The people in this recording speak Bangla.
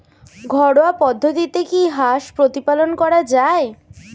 ঘরোয়া পদ্ধতিতে কি হাঁস প্রতিপালন করা যায়?